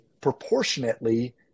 proportionately